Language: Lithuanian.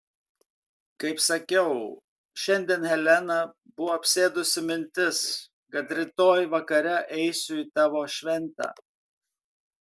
kaip sakiau šiandien heleną buvo apsėdusi mintis kad rytoj vakare eisiu į tavo šventę